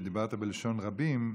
דיברת בלשון רבים,